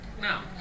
Now